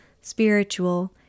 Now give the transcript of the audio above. spiritual